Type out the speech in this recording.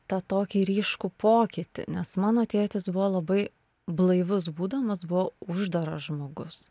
tą tokį ryškų pokytį nes mano tėtis buvo labai blaivus būdamas buvo uždaras žmogus